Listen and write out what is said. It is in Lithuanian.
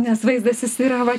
nes vaizdas jis yra va